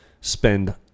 spend